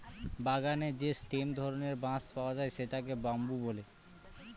বাগানে যে স্টেম ধরনের বাঁশ পাওয়া যায় সেটাকে বাম্বু বলে